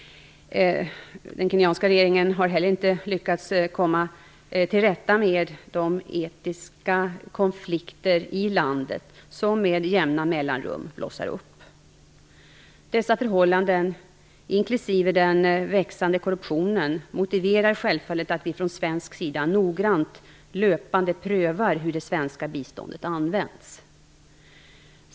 Den kenyanska regeringen har heller inte lyckats komma till rätta med de etniska konflikter i landet som med jämna mellanrum blossar upp. Dessa förhållanden, inklusive den växande korruptionen, motiverar självfallet att vi från svensk sida noggrant löpande prövar hur det svenska biståndet används.